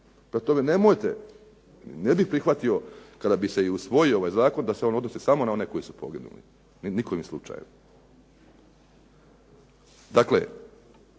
časno. Nemojte, ne bih prihvatio kada bi se i usvojio ovaj zakon da se on odnosi samo na one koji su poginuli, ni kojim slučajem. Dakle,